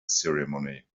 ceremony